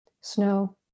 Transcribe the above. snow